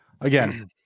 Again